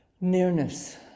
nearness